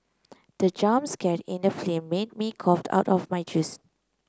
the jump scare in the film made me coughed out of my juice